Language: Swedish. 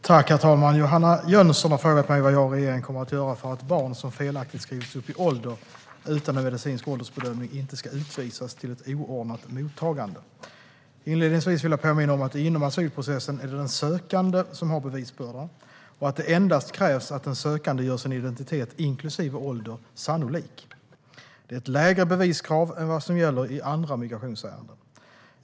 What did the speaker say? Svar på interpellationer Herr talman! Johanna Jönsson har frågat mig vad jag och regeringen kommer att göra för att barn som felaktigt skrivits upp i ålder utan en medicinsk åldersbedömning inte ska utvisas till ett oordnat mottagande. Inledningsvis vill jag påminna om att det inom asylprocessen är den sökande som har bevisbördan och att det endast krävs att den sökande gör sin identitet inklusive ålder sannolik. Det är ett lägre beviskrav än vad som gäller i andra migrationsärenden.